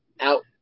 out